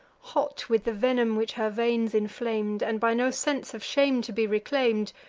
hot with the venom which her veins inflam'd, and by no sense of shame to be reclaim'd,